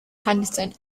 henderson